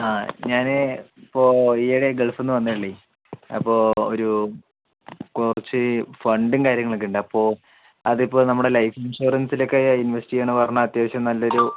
ആ ഞാന് ഇപ്പോൾ ഈയിടെ ഗൾഫിൽ നിന്ന് വന്നതെ ഉള്ളു അപ്പോൾ ഒരു കുറച്ച് ഫണ്ടും കാര്യങ്ങളൊക്കെ ഉണ്ട് അപ്പോൾ അത് ഇപ്പോൾ നമ്മുടെ ലൈഫ് ഇൻഷുറൻസിൽ ഒക്കെ ഇൻവെസ്റ്റ് ചെയ്യണമെന്ന് പറഞ്ഞാൽ അത്യാവശ്യം നല്ലൊരു